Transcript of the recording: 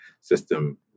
system